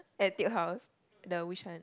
Etude House the which one